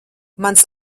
mans